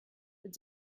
mit